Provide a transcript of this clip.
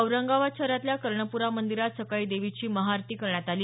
औरंगाबाद शहरातल्या कर्णपुरा मंदिरात सकाळी देवीची महाआरती करण्यात आली